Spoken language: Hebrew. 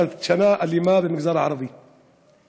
"שנה אלימה במגזר הערבי";